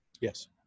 Yes